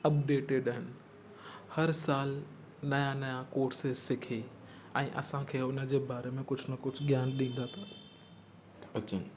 updated आहिनि हर सालु नयां नयां कोर्सिस सिखी ऐं असांखे उन जे बारे में कुझु न कुझु ज्ञान ॾींदा था अचनि